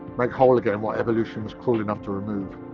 make whole again what evolution's cruel enough to remove.